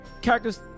Characters